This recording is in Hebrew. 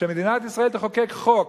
שמדינת ישראל תחוקק חוק,